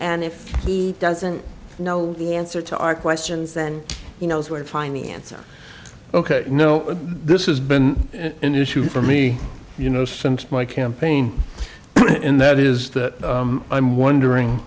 and if he doesn't know the answer to our questions and you know where to find the answer ok no this is been an issue for me you know since my campaign in that is that i'm wondering